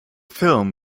film